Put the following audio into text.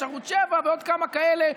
יש ערוץ 7 ועוד כמה כאלה,